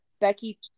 Becky